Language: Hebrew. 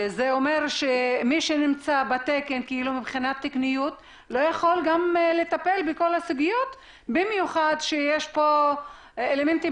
זה אומר שמי שנמצא בתקן לא יכול לטפל בכל הסוגיות במיוחד שיש פה אלמנטים